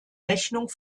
rechnung